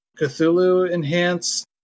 Cthulhu-enhanced